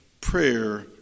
prayer